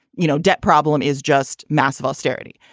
you know, debt problem is just massive austerity.